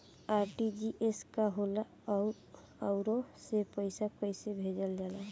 RTGS का होला आउरओ से पईसा कइसे भेजल जला?